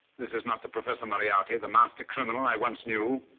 this is not the professor moriarity, the master criminal i once knew.